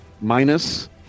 minus